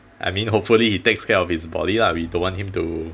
I mean hopefully he takes care of his body lah we don't want him to